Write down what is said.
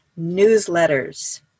newsletters